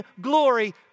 glory